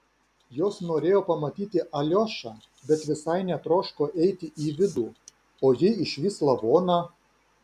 jos norėjo pamatyti aliošą bet visai netroško eiti į vidų o jei išvys lavoną